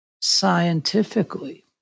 scientifically